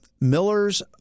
Miller's